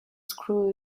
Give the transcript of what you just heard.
screw